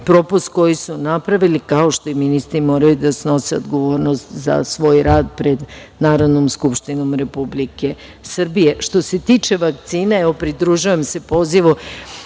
propust koji su napravili, kao što i ministri moraju da snose odgovornost za svoj rad pred Narodnom skupštinom Republike Srbije. Što se tiče vakcine, pridružujem se pozivu,